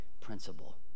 principle